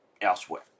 elsewhere